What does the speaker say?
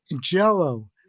Jello